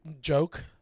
joke